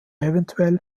evtl